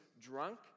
drunk